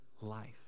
life